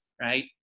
right